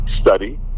study